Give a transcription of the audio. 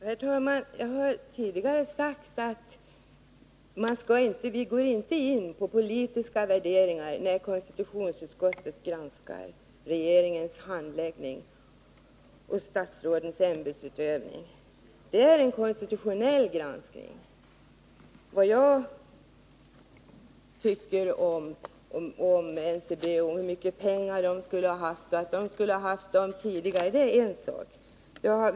Herr talman! Jag har tidigare sagt att vi går inte in på politiska värderingar när konstitutionsutskottet granskar statsrådens ämbetsutövning. Det är en konstitutionell granskning som görs. Vad jag tycker om NCB, hur mycket pengar företaget borde ha haft och att man borde ha fått dem tidigare är en sak.